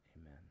Amen